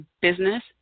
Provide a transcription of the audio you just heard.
business